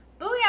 Booyah